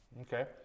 Okay